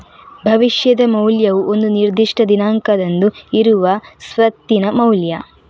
ಭವಿಷ್ಯದ ಮೌಲ್ಯವು ಒಂದು ನಿರ್ದಿಷ್ಟ ದಿನಾಂಕದಂದು ಇರುವ ಸ್ವತ್ತಿನ ಮೌಲ್ಯ